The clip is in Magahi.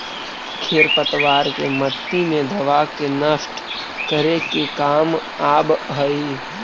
इ खेर पतवार के मट्टी मे दबा के नष्ट करे के काम आवऽ हई